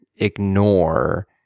ignore